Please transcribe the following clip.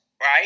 right